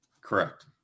Correct